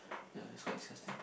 ya it's quite disgusting